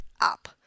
up